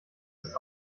ist